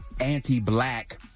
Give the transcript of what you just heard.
anti-black